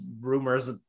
rumors